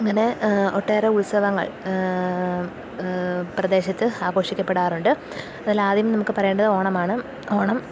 അങ്ങനെ ഒട്ടേറെ ഉത്സവങ്ങൾ പ്രദേശത്ത് ആഘോഷിക്കപ്പെടാറുണ്ട് അതിലാദ്യം നമുക്കു പറയേണ്ടത് ഓണമാണ് ഓണം